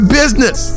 business